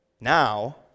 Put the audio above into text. Now